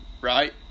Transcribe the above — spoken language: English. right